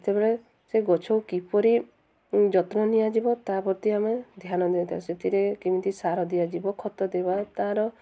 ସେତେବେଳେ ସେ ଗଛକୁ କିପରି ଯତ୍ନ ନିଆଯିବ ତା ପ୍ରତି ଆମେ ଧ୍ୟାନ ଦେଇଥାଉ ସେଥିରେ କେମିତି ସାର ଦିଆଯିବ ଖତ ଦେବା ତା'ର